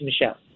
Michelle